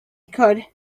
card